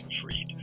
freed